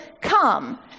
come